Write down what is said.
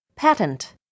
Patent